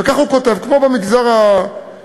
וכך הוא כותב: "כמו במגזר היהודי,